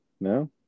No